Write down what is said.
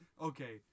Okay